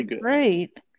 great